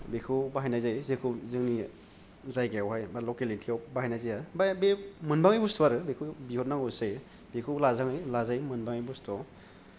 बेखौ बाहायनाय जायो जेखौ जोंनि जायगायावहाय बा लकेलितिआव बाहायनाय जाया फ्राय बे मोनबाङै बस्थुआरो बेखौ बिहरनांगौसो जायो बेखौ लाज्राङो लाजायो मोनबाङै बस्थुआव